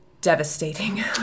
devastating